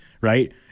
right